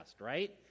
right